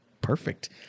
perfect